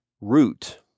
root